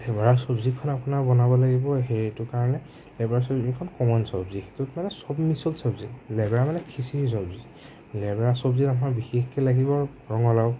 লেবেৰা চব্জিখন আপোনাৰ বনাব লাগিব হেৰি এইটো কাৰণে লেবেৰা চব্জিখন কমন চব্জি সেইটো কাৰণে চব মিচল চব্জি লেবেৰা মানে খিচিৰি চব্জি লেবেৰা চব্জিত আমাৰ বিশেষকে লাগিব ৰঙালাও